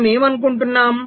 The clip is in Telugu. మనము ఏమి అనుకుంటున్నాము